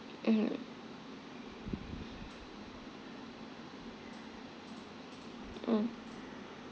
mmhmm mm